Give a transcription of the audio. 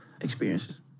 experiences